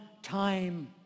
time